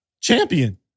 champion